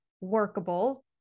workable